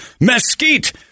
mesquite